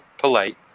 polite